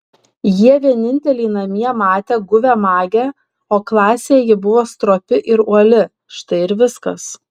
jie vieninteliai namie matė guvią magę o klasėje ji buvo stropi ir uoli štai ir viskas